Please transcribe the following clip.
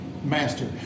Master